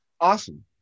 Awesome